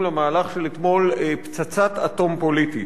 למהלך של אתמול "פצצת אטום פוליטית".